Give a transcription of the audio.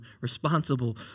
responsible